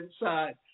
inside